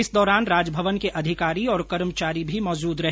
इस दौरान राजभवन के अधिकारी और कर्मचारी भी मौजूद रहे